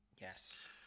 Yes